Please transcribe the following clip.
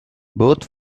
both